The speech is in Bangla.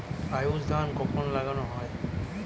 আউশ ধান কখন লাগানো হয়?